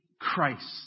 Christ